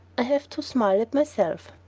i have to smile at myself.